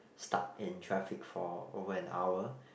stuck in traffic for over an hour